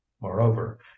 moreover